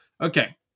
Okay